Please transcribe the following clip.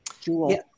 Jewel